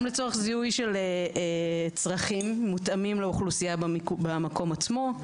גם לצורך זיהוי של צרכים מותאם לאוכלוסייה במקום עצמו,